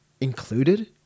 included